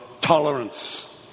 tolerance